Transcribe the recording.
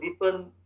different